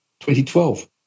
2012